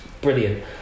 brilliant